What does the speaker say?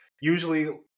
usually